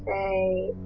a